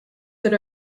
that